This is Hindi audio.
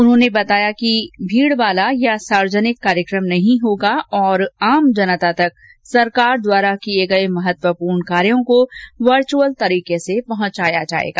उन्होंने बताया कि भीड़ वाला या सार्वजनिक कार्यक्रम नहीं होगा तथा आम जनता तक सरकार द्वारा किए गए महत्वपूर्ण कार्यों को वर्चुअल तरीके से पहुंचाया जाएगा